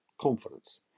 confidence